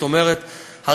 זאת אומרת,